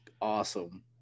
awesome